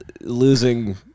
losing